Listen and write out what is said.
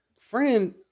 friend